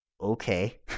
Okay